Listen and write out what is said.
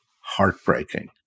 heartbreaking